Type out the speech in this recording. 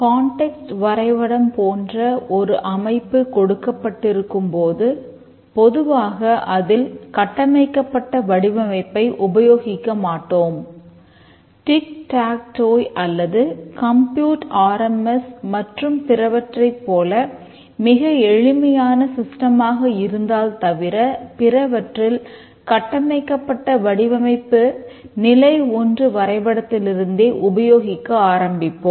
context இருந்தால் தவிர பிறவற்றில் கட்டமைக்கப்பட்ட வடிவமைப்பு நிலை1 வரைபடத்திலிருந்தே உபயோகிக்க ஆரம்பிப்போம்